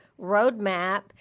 roadmap